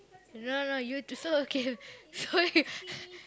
no no you so okay so you